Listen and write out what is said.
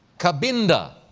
cabinda,